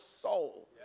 soul